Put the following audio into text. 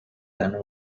then